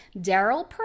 Daryl